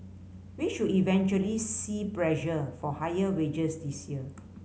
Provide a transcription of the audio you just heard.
we should eventually see pressure for higher wages this year